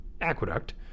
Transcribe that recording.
Aqueduct